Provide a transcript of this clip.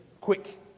quick